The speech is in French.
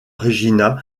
regina